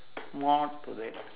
more to that